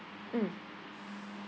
mm